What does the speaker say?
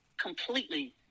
completely